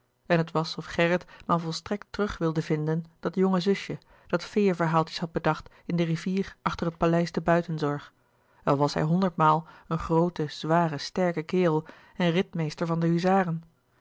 en het was of gerrit maar volstrekt terug wilde vinden dat jonge zusje dat feeënverhaaltjes had bedacht in de rivier achter het paleis te buitenzorg al was hij honderd maal een groote zware sterke kerel en ritmeester van de huzaren